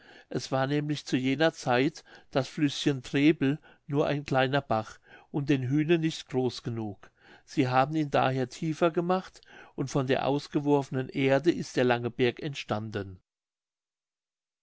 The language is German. es war nämlich zu jener zeit das flüßchen trebel nur ein kleiner bach und den hühnen nicht groß genug sie haben ihn daher tiefer gemacht und von der ausgeworfenen erde ist der lange berg entstanden